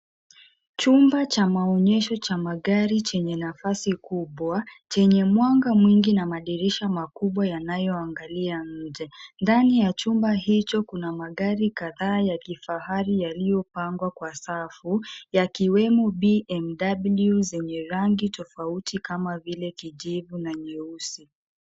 Chumba cha maonyesho cha magari chenye nafasi kubwa, chenye mwanga mwingi na madirisha makubwa yanayoangalia nje. Ndani ya chumba hicho kuna magari kadhaa ya kifahari yaliyopangwa kwa safu yakiwemo BMW zenye rangi tofauti kama vile kijivu na nyeusi.